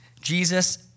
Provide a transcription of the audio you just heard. Jesus